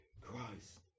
Christ